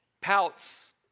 pouts